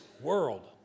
world